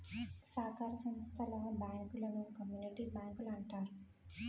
సాకార సంత్తల బ్యాంకులను కమ్యూనిటీ బ్యాంకులంటారు